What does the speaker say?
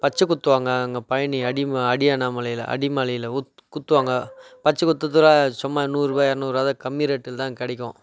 பச்சை குத்துவாங்க அங்கே பழனி அடி அண்ணாமலையில் அடிமலையில் குத்துவாங்க பச்சை குத்துறதோட சும்மா நூறுபா இரநூறுவா தான் கம்மி ரேட்டில் தான் கிடைக்கும்